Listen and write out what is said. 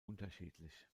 unterschiedlich